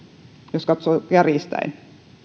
jos katsoo kärjistäen